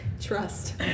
Trust